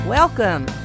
Welcome